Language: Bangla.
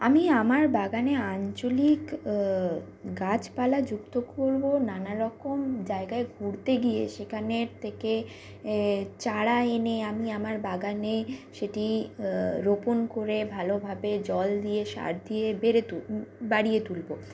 আমি আমার বাগানে আঞ্চলিক গাছপালা যুক্ত করব নানা রকম জায়গায় ঘুরতে গিয়ে সেখানের থেকে চারা এনে আমি আমার বাগানে সেটি রোপণ করে ভালোভাবে জল দিয়ে সার দিয়ে বেড়ে বাড়িয়ে তুলব